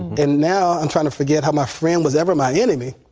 and now i'm try and forget how my friend was ever my enemy.